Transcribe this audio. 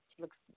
looks